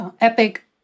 Epic